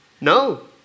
No